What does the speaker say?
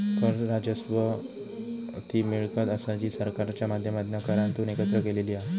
कर राजस्व ती मिळकत असा जी सरकारच्या माध्यमातना करांतून एकत्र केलेली हा